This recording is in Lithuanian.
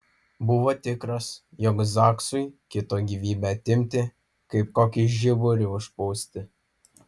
buvo tikras jog zaksui kito gyvybę atimti kaip kokį žiburį užpūsti